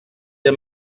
des